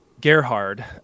Gerhard